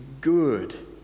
good